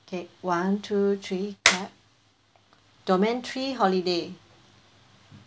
okay one two three clap domain three holiday